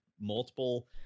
multiple